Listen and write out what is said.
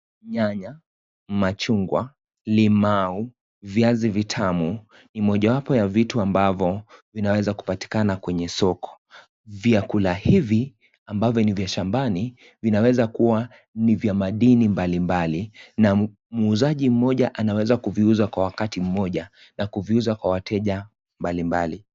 Nyanya, machungwa, limau, viazi vitamu ni mojawapo ya vitu ambavyo vinaweza kupatikana kwenye soko. Vyakula hivi anmbavyo ni vya shambani, vinawezakuwa ni vya madini mbalimbali. Na muuzaji mmoja anawezakuviuza kwa wakati mmoja. Na kuviuza kwa wateja mbalimbali.